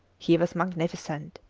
he was magnificent.